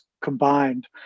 combined